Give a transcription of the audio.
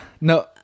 No